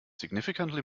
significantly